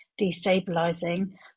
destabilizing